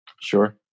Sure